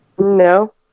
No